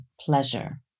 pleasure